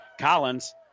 Collins